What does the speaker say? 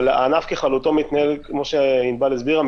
אבל הענף בכללותו מתנהל כמו שעינבל הסבירה,